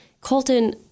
Colton